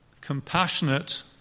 compassionate